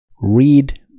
read